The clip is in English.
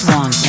one